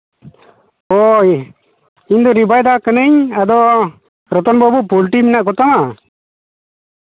ᱦᱳᱭ ᱤᱧᱫᱚ ᱨᱤᱵᱷᱟᱭᱰᱟᱨ ᱠᱟᱹᱱᱟᱹᱧ ᱟᱫᱚ ᱨᱚᱛᱚᱱ ᱵᱟᱹᱵᱩ ᱯᱳᱞᱴᱤ ᱢᱮᱱᱟᱜ ᱠᱚᱛᱟᱢᱟ